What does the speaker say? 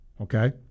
okay